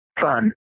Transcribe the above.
fun